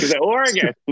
Oregon